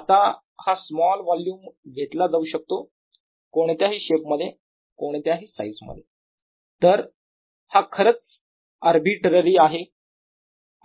आता हा small volume घेतला जाऊ शकतो कोणत्याही शेपमध्ये कोणत्याही साईज मध्ये तर हा खरंच अर्बिटरअरी आहे